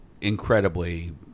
incredibly